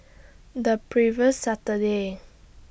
The previous Saturday